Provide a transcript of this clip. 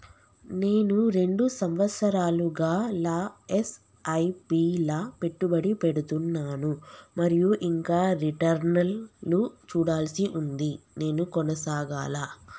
నేను రెండు సంవత్సరాలుగా ల ఎస్.ఐ.పి లా పెట్టుబడి పెడుతున్నాను మరియు ఇంకా రిటర్న్ లు చూడాల్సి ఉంది నేను కొనసాగాలా?